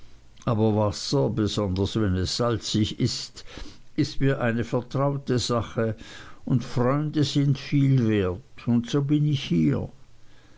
aber wasser besonders wenn es salzig ist ist mir eine vertraute sache und freunde sind viel wert und so bin ich hier